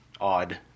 odd